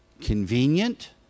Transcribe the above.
convenient